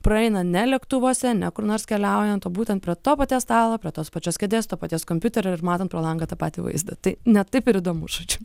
praeina ne lėktuvuose ne kur nors keliaujant o būtent prie to paties stalo prie tos pačios kėdės to paties kompiuterio ir matant pro langą tą patį vaizdą tai ne taip ir įdomus žodžiu